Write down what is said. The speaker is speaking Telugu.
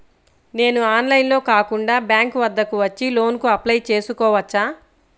నేను ఆన్లైన్లో కాకుండా బ్యాంక్ వద్దకు వచ్చి లోన్ కు అప్లై చేసుకోవచ్చా?